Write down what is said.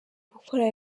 gukora